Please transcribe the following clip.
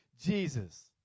Jesus